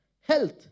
health